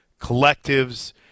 collectives